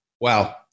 wow